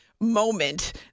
Moment